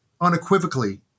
unequivocally